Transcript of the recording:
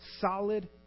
solid